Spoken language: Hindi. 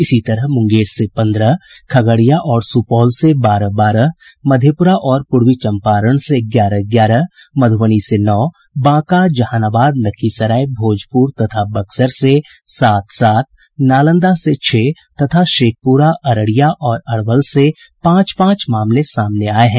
इसी तरह मुंगेर से पन्द्रह खगड़िया और सुपौल से बारह बारह मधेपुरा और पूर्वी चम्पारण से ग्यारह ग्यारह मधुबनी से नौ बांका जहानाबाद लखीसराय भोजपुर तथा बक्सर से सात सात नालंदा से छह तथा शेखपुरा अररिया और अरवल से पांच पांच मामले सामने आये हैं